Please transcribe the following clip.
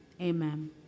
Amen